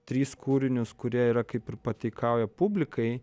tris kūrinius kurie yra kaip ir pataikauja publikai